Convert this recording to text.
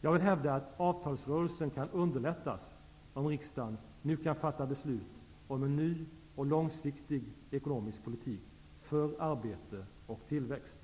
Jag vill hävda att avtalsrörelsen kan underlättas om riksdagen nu kan fatta beslut om en ny och långsiktig ekonomisk politik för arbete och tillväxt.